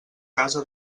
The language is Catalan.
casa